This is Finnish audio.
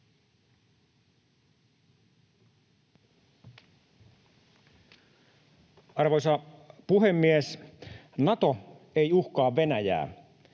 Arvoisa puhemies! Nato ei uhkaa Venäjää,